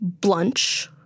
Blunch